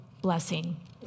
blessing